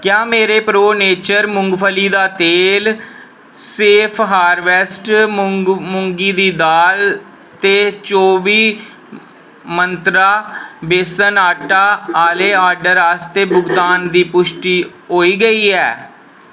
क्या मेरे Pro Nature मुंगफली दा तेल सेफ हारवेस्ट मुंगी दी दाल ते चौह्बी मंत्रा बेसन आटा आह्ले ऑर्डर आस्तै भुगतान दी पुश्टि होई गेई ऐ